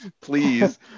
Please